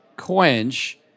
Quench